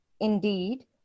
indeed